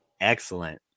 Excellent